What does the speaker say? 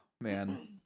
man